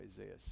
Isaiah